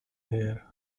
here